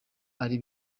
ari